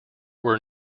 were